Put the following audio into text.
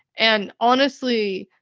and honestly,